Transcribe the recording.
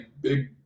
big